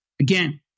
again